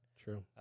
True